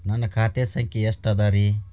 ನನ್ನ ಖಾತೆ ಸಂಖ್ಯೆ ಎಷ್ಟ ಅದರಿ?